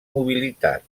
mobilitat